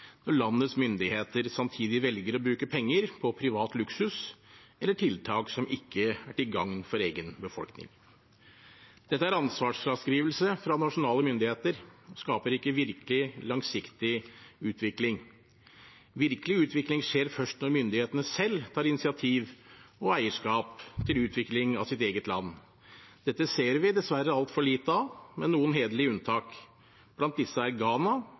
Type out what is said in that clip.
når landets myndigheter samtidig velger å bruke penger på privat luksus eller tiltak som ikke er til gagn for egen befolkning. Dette er ansvarsfraskrivelse fra nasjonale myndigheter og skaper ikke virkelig, langsiktig utvikling. Virkelig utvikling skjer først når myndighetene selv tar initiativ og eierskap til utvikling av sitt eget land. Dette ser vi dessverre altfor lite av, med noen hederlige unntak. Blant disse er